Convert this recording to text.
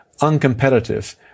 uncompetitive